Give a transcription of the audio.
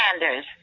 Sanders